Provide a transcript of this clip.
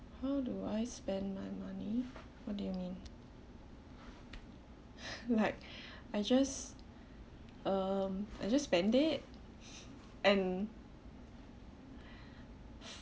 how do I spend my money what do you mean like I just um I just spend it and